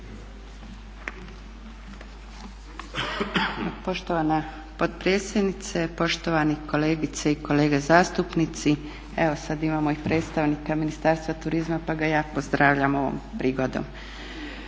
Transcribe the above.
Poštovana potpredsjednice, poštovane kolegice i kolege zastupnici. Evo sada imamo i predstavnika Ministarstva turizma pa ga ja pozdravljam ovom prigodom.